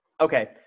okay